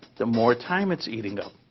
the more time it's eating up.